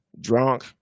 drunk